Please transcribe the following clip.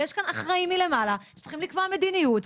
ויש כאן אחראים מלמעלה שצריכים לקבוע מדיניות,